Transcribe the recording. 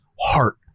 heart